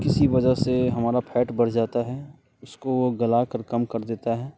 जो किसी वजह से हमारा फैट बढ़ जाता है उसको वो गलाकर कम कर देता है